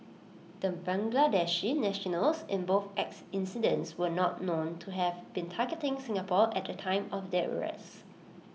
the Bangladeshi nationals in both ex incidents were not known to have been targeting Singapore at the time of their rests